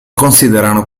considerano